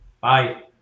Bye